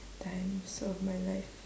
times of my life